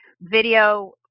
video